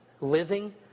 living